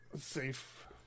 safe